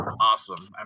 awesome